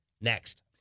Next